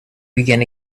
began